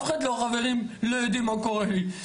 חברים לא יודעים מה קורה לי.